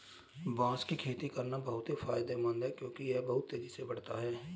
बांस की खेती करना बहुत ही फायदेमंद है क्योंकि यह बहुत तेजी से बढ़ता है